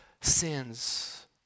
sins